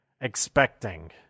expecting